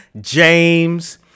James